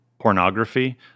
pornography